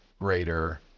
greater